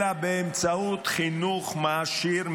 אלא באמצעות חינוך מעשיר,